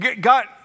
God